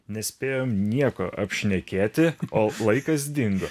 nespėjom nieko apšnekėti o laikas dingo